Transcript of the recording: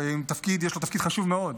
ויש לו תפקיד חשוב מאוד.